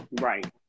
Right